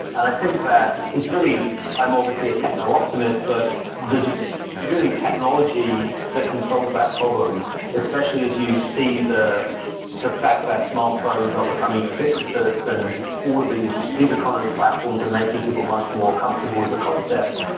and i think that it's really i'm obviously a techno optimist, but there's really technology that can solve that problem especially as you see the the fact that smartphones are becoming ubiquitous and all of these gig economy platforms are making people much more comfortable with the concept,